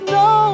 no